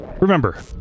remember